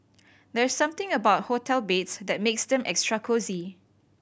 there's something about hotel beds that makes them extra cosy